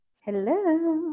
hello